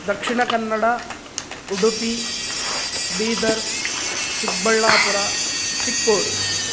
Dakshina Kannada Udupi Bidar Chikballapur चिक्कोडि